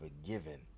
forgiven